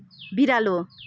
बिरालो